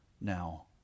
now